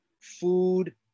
food